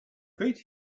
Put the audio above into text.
great